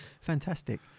Fantastic